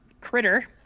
critter